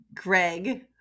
Greg